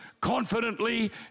confidently